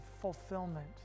fulfillment